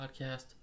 podcast